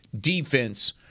defense